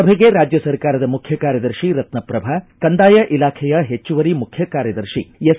ಸಭೆಗೆ ರಾಜ್ಯ ಸರ್ಕಾರದ ಮುಖ್ಯ ಕಾರ್ಯದರ್ಶಿ ರತ್ನಪ್ರಭಾ ಕಂದಾಯ ಇಲಾಖೆಯ ಹೆಚ್ಚುವರಿ ಮುಖ್ಯ ಕಾರ್ಯದರ್ಶಿ ಎಸ್